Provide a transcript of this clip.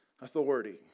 authority